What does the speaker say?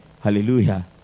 Hallelujah